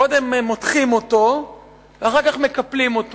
קודם מותחים אותו ואחר כך מקפלים אותו.